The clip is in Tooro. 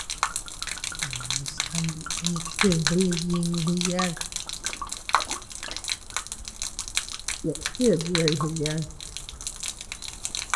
Ne sitaani